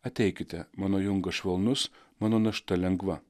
ateikite mano jungas švelnus mano našta lengva